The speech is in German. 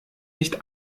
nicht